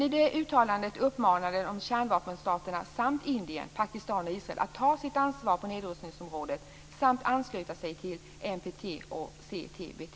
I det uttalandet uppmanade man kärnvapenstaterna samt Indien, Pakistan och Israel att ta sitt ansvar på nedrustningsområdet samt att ansluta sig till NPT och CTBT.